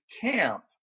camp